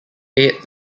eight